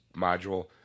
module